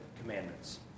Commandments